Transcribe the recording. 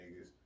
niggas